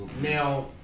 Now